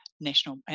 National